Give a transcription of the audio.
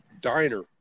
diner